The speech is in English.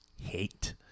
Hate